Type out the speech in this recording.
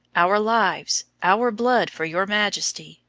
our lives, our blood for your majesty!